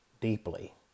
deeply